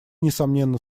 несомненно